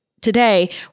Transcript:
Today